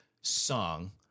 song